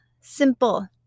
Simple